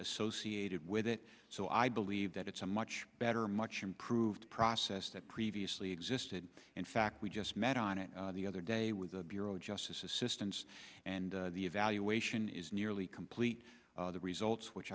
associated with it so i believe that it's a much better much improved process that previously existed in fact we just met on it the other day with the bureau of justice assistance and the evaluation is nearly complete the results which